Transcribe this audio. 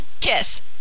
kiss